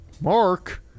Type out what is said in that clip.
Mark